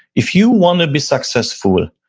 if you want to be successful,